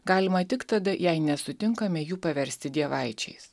galima tik tada jei nesutinkame jų paversti dievaičiais